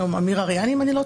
היום עמיר אריהן,